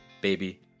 Baby